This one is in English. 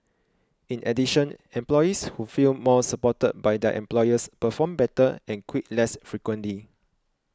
in addition employees who feel more supported by their employers perform better and quit less frequently